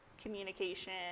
communication